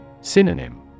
Synonym